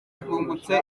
rwungutse